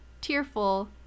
tearful